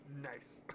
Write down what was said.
Nice